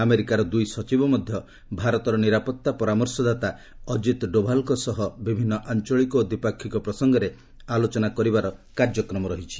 ଆମେରିକାର ଦୁଇ ସଚିବ ମଧ୍ୟ ଭାରତର ନିରାପତ୍ତା ପରାମର୍ଶଦାତା ଅଜିତ୍ ଡୋଭାଲ୍ଙ୍କ ସହ ବିଭିନ୍ନ ଆଞ୍ଚଳିକ ଓ ଦ୍ୱିପାକ୍ଷିକ ପ୍ରସଙ୍ଗରେ ଆଲୋଚନା କରିବାର କାର୍ଯ୍ୟକ୍ରମ ରହିଛି